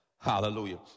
Hallelujah